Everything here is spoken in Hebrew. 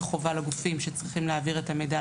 חובה לגופים שצריכים להעביר את המידע,